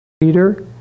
Peter